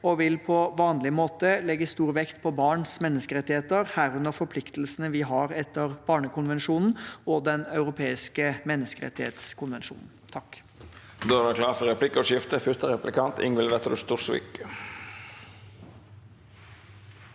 og vil på vanlig måte legge stor vekt på barns menneskerettigheter, herunder forpliktelsene vi har etter barnekonvensjonen og Den europeiske menneskerettskonvensjonen.